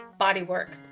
bodywork